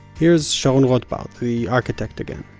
here's sharon rotbard. the architect again.